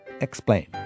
explain